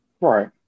Right